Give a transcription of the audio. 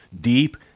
deep